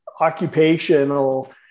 occupational